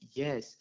yes